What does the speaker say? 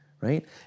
right